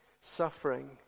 Suffering